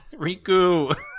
Riku